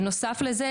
בנוסף לכך,